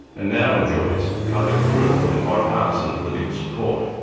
and now enjoys public approval and bipartisan political support.